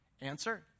Answer